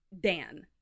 Dan